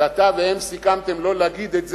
שאתה והם סיכמתם לא להגיד את זה,